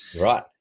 Right